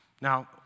Now